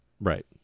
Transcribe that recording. Right